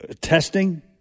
testing